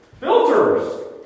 Filters